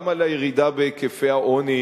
גם על הירידה בהיקפי העוני,